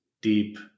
deep